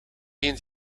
eens